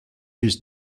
his